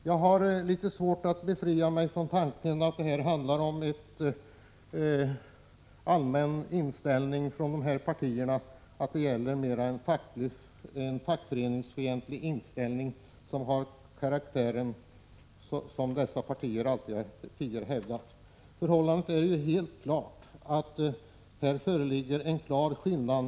Jag har svårt att befria mig från tanken att det här mer handlar om en allmän fackföreningsfientlig inställning, som dessa partier tidigare alltid har haft. Förhållandet är ju helt klart. Det föreligger en tydlig skillnad.